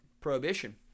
Prohibition